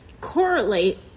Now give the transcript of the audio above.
correlate